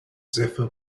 zephyr